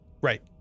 Right